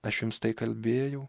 aš jums tai kalbėjau